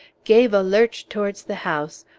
gave a lurch towards the house,